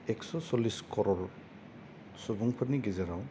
एक्स' सल्लिस करर सुबुंफोरनि गेजेराव